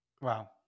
wow